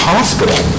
Hospital